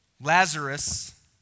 Lazarus